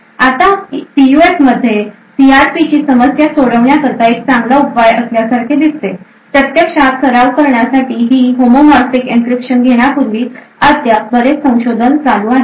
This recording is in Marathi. आता पीयूएफमध्ये सीआरपीची समस्या सोडवण्याकरिता हा एक चांगला उपाय असल्यासारखे दिसते आहे प्रत्यक्षात सराव करण्यासाठी ही होमोर्फिक एनक्रिप्शन घेण्यापूर्वी अद्याप बरेच संशोधन चालू आहे